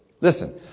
Listen